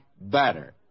better